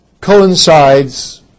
coincides